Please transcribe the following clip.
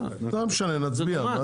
לא משנה, נצביע.